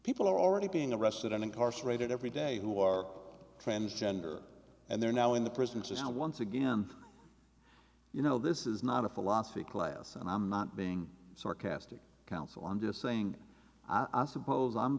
people are already being arrested and incarcerated every day who are transgender and they're now in the prisons and once again you know this is not a philosophy class and i'm not being sarcastic counsel i'm just saying i suppose i'm